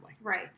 Right